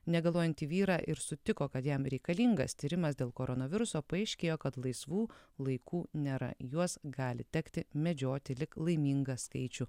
negaluojantį vyrą ir sutiko kad jam reikalingas tyrimas dėl koronaviruso paaiškėjo kad laisvų laikų nėra juos gali tekti medžioti lyg laimingą skaičių